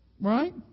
Right